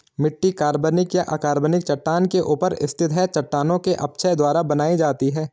मिट्टी कार्बनिक या अकार्बनिक चट्टान के ऊपर स्थित है चट्टानों के अपक्षय द्वारा बनाई जाती है